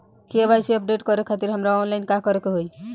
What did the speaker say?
KYC update करे खातिर हमरा ऑनलाइन का करे के होई?